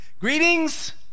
Greetings